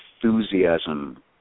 enthusiasm